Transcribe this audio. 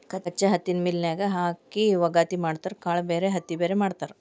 ಕಚ್ಚಾ ಹತ್ತಿನ ಮಿಲ್ ನ್ಯಾಗ ಹಾಕಿ ವಗಾತಿ ಮಾಡತಾರ ಕಾಳ ಬ್ಯಾರೆ ಹತ್ತಿ ಬ್ಯಾರೆ ಮಾಡ್ತಾರ